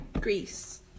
Greece